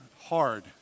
Hard